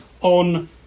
on